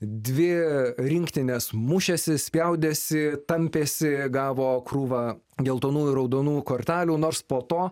dvi rinktinės mušėsi spjaudėsi tampėsi gavo krūvą geltonų raudonų kortelių nors po to